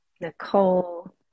Nicole